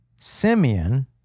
Simeon